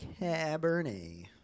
Cabernet